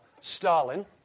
Stalin